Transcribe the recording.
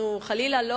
חלילה,